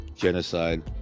genocide